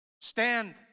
Stand